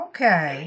Okay